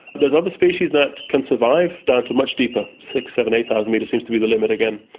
there's other species that can survive down to much deeper, six, seven, eight thousand metres seems to be the limit again,